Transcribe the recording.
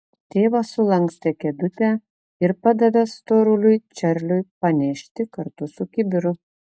tėvas sulankstė kėdutę ir padavė storuliui čarliui panešti kartu su kibiru